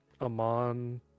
Amon